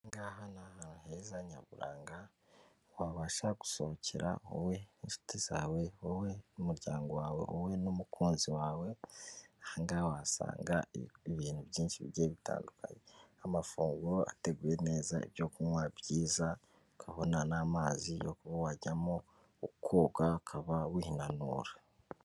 Aha ngaha ni ahantu heza nyaburanga, wabasha gusohokera wowe n'inshuti zawe, wowe n'umuryango wawe, wowe n'umukunzi wawe, aha ngaha wahasanga ibintu byinshi bigiye bitandukanye nk'amafunguro ateguye neza, ibyo kunywa byiza, ukabona n'amazi yo kuba wajyamo ukoga ukaba winanura.